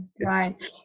right